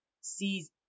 sees